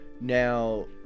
Now